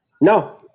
No